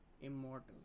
Immortal